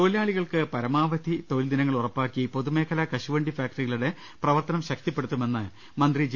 തൊഴിലാളികൾക്ക് പരമാവധി തൊഴിൽദിനങ്ങൾ ഉറപ്പാക്കി പൊതുമേഖലാ കശുവണ്ടി ഫാക്ടറികളുടെ പ്രവർത്തനം ശക്തിപ്പെടുത്തുമെന്ന് മന്ത്രി ജെ